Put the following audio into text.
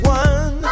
one